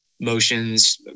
Motions